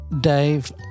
Dave